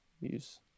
use